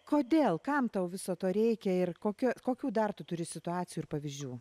kodėl kam tau viso to reikia ir kokia kokių dar tu turi situacijų ir pavyzdžių